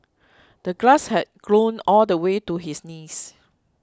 the grass had grown all the way to his knees